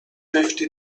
fifty